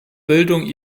bildung